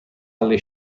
alle